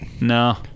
no